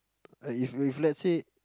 I if if let's say